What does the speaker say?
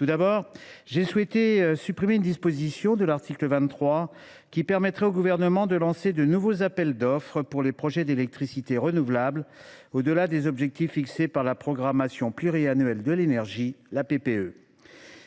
En premier lieu, j’ai souhaité supprimer une disposition de l’article 23, qui permettrait au Gouvernement de lancer de nouveaux appels d’offres pour les projets d’électricité renouvelable, au delà des objectifs fixés par la programmation pluriannuelle de l’énergie (PPE).